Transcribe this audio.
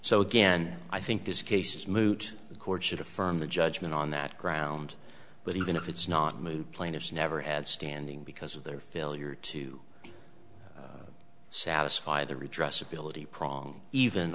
so again i think this case is moot the court should affirm the judgement on that ground but even if it's not moot plaintiffs never had standing because of their failure to satisfy the redress ability prong even